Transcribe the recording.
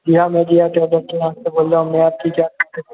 जी हाँ मैं बोल रहा हूँ मैं आपकी क्या सहायता कर सकता